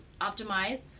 optimized